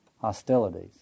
hostilities